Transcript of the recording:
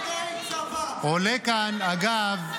ועולה כאן, אגב,